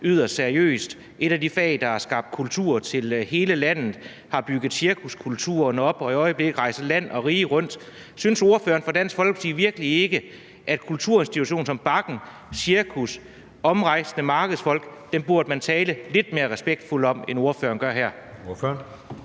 yderst seriøst. Det er et af de fag, der har skabt kultur til hele landet, og hvor man har bygget cirkuskulturen op og i øjeblikket rejser land og rige rundt. Synes ordføreren for Dansk Folkeparti virkelig ikke, at kulturinstitutioner som Bakken og forskellige cirkusser og omrejsende markedsfolk burde man tale lidt mere respektfuldt om, end ordføreren gør her?